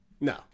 No